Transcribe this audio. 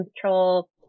control